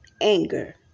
anger